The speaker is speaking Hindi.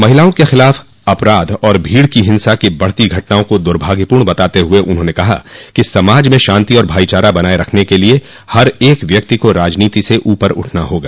महिलाओं के खिलाफ अपराध और भीड़ की हिंसा की बढ़ती घटनाओं को दुर्भाग्यपूर्ण बताते हुए उन्होंने कहा कि समाज में शांति और भाईचारा बनाये रखने के लिए हर एक व्यक्ति को राजनीति से ऊपर उठना होगा